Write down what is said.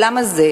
למה זה?